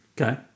Okay